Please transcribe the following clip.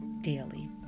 daily